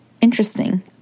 interesting